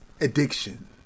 addiction